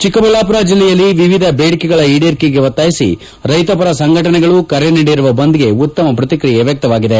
ಚಿಕ್ಕಬಳ್ಳಾಪುರ ಜಿಲ್ಲೆಯಲ್ಲಿ ವಿವಿಧ ಬೇಡಿಕೆಗಳ ಈಡೇರಿಕೆಗೆ ಒತ್ತಾಯಿಸಿ ರೈತಪರ ಸಂಘಟನೆಗಳು ಕರೆ ನೀಡಿರುವ ಬಂದ್ಗೆ ಉತ್ತಮ ಪ್ರತಿಕ್ರಿಯೆ ವ್ಯಕ್ತವಾಗಿದೆ